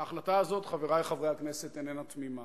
ההחלטה הזאת, חברי חברי הכנסת, איננה תמימה.